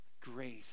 grace